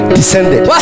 descended